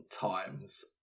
times